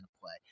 play